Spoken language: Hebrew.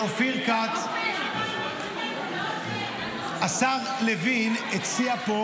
אופיר כץ, השר לוין הציע פה